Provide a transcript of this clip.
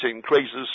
increases